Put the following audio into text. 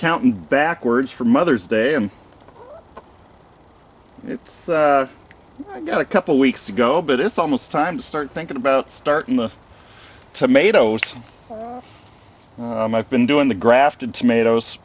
counting backwards for mother's day and it's got a couple weeks to go but it's almost time to start thinking about starting the tomatoes and i've been doing the grafted tomatoes